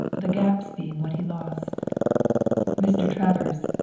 the gaps being what he lost mr. travers